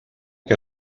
que